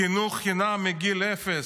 חינוך חינם מגיל אפס,